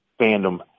fandom